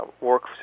work